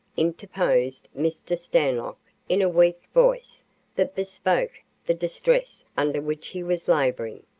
interposed mr. stanlock in a weak voice that bespoke the distress under which he was laboring.